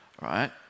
right